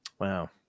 Wow